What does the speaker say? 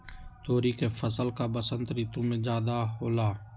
तोरी के फसल का बसंत ऋतु में ज्यादा होला?